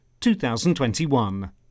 2021